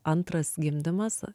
antras gimdymas